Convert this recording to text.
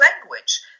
language